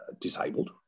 disabled